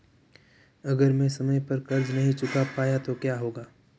अगर मैं समय पर कर्ज़ नहीं चुका पाया तो क्या होगा?